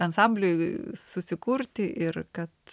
ansambliui susikurti ir kad